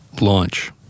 launch